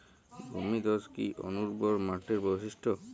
ভূমিধস কি অনুর্বর মাটির বৈশিষ্ট্য?